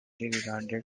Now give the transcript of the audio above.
regarded